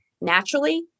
naturally